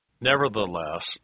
Nevertheless